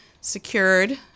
secured